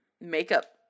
makeup